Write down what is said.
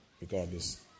regardless